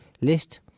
list